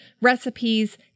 recipes